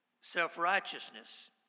Self-righteousness